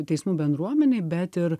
teismų bendruomenėj bet ir